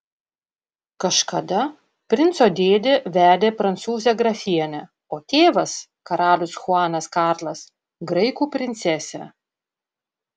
kažkada princo dėdė vedė prancūzę grafienę o tėvas karalius chuanas karlas graikų princesę